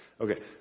Okay